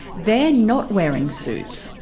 they are not wearing suits.